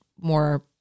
more